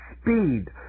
speed